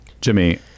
Jimmy